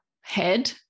head